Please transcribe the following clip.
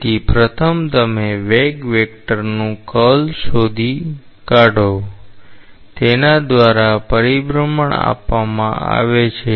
તેથી પ્રથમ તમે વેગ વેક્ટરનું કર્લ શોધી કાઢો તેના દ્વારા પરિભ્રમણ આપવામાં આવે છે